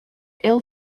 ill